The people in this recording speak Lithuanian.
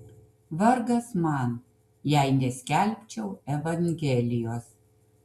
vargas man jei neskelbčiau evangelijos